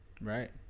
Right